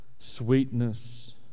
Sweetness